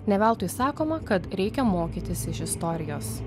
ne veltui sakoma kad reikia mokytis iš istorijos